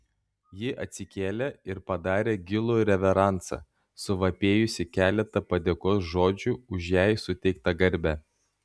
ji atsikėlė ir padarė gilų reveransą suvapėjusi keletą padėkos žodžių už jai suteiktą garbę